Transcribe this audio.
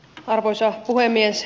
arvoisa puhemies